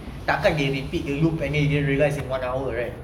tak kan they repeat the loop and you didn't realise in one hour right